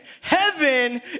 Heaven